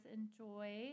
enjoy